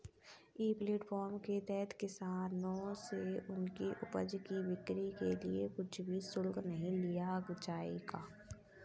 ई platform के तहत किसानों से उनकी उपज की बिक्री के लिए कुछ भी शुल्क नहीं लिया जाएगा